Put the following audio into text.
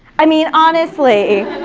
i mean, honestly.